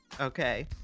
Okay